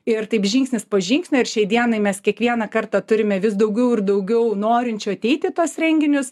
ir taip žingsnis po žingsnio ir šiai dienai mes kiekvieną kartą turime vis daugiau ir daugiau norinčių ateit į tuos renginius